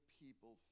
people